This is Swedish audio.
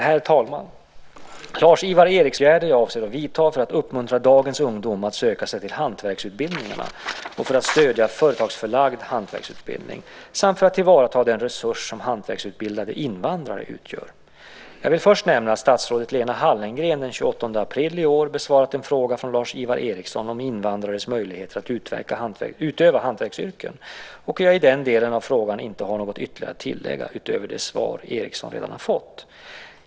Herr talman! Lars-Ivar Ericson har frågat mig vilka åtgärder jag avser vidta för att uppmuntra dagens ungdom att söka sig till hantverksutbildningarna och för att stödja företagsförlagd hantverksutbildning samt för att ta till vara den resurs som hantverksutbildade invandrare utgör. Jag vill först nämna att statsrådet Lena Hallengren den 28 april i år besvarat en fråga från Lars-Ivar Ericson om invandrares möjligheter att utöva hantverksyrken och att jag i den delen av frågan inte har något ytterligare att tillägga utöver det svar Ericson redan fått.